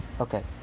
Okay